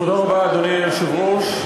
תודה רבה, אדוני היושב-ראש.